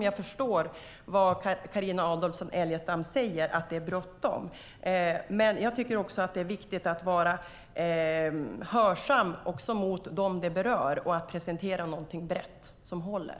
Jag förstår vad Carina Adolfsson Elgestam menar när hon säger att det är bråttom, men det är viktigt att vara lyhörd gentemot dem som det berör och presentera någonting brett som håller.